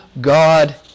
God